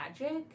magic